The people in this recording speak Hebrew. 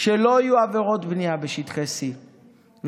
שלא יהיו עבירות בנייה בשטחי C ושתהיה